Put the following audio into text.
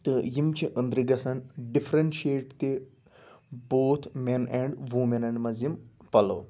تہٕ یِم چھِ أنٛدرٕ گَژھن ڈِفرنشیٹ تہِ بوتھ میٚن اینٛڈ وُمیٚنَن منٛز یِم پَلو